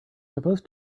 supposed